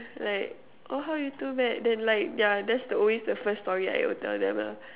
like oh how you two met then like yeah that's the always the first story I'll tell them lah